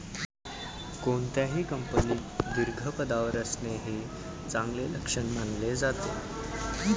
कोणत्याही कंपनीत दीर्घ पदावर असणे हे चांगले लक्षण मानले जाते